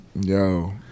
Yo